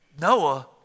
Noah